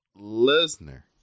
Lesnar